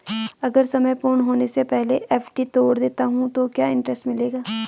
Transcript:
अगर समय पूर्ण होने से पहले एफ.डी तोड़ देता हूँ तो क्या इंट्रेस्ट मिलेगा?